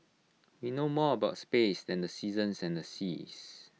we know more about space than the seasons and the seas